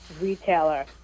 retailer